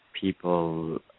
people